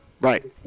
Right